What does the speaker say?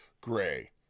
Gray